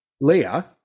Leah